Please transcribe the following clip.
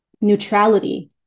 neutrality